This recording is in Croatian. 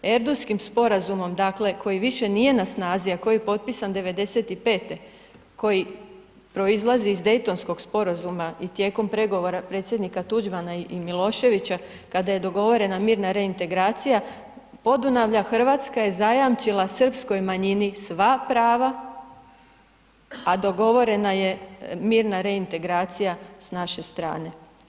Erdutskim sporazumom koji više nije na snazi a koji je potpisan '95., koji proizlazi iz Daytonskog sporazuma i tijekom pregovora Predsjednika Tuđmana i Miloševića kada je dogovorena mirna reintegracija Podunavlja, Hrvatska je zajamčila srpskoj manjini sva prava a dogovorena je mirna reintegracija sa naše strane.